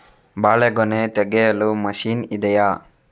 ಬಾಳೆಗೊನೆ ತೆಗೆಯಲು ಮಷೀನ್ ಇದೆಯಾ?